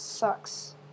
sucks